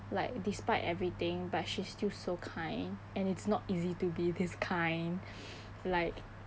like despite everything but she is still so kind and it's not easy to be this kind like